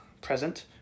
present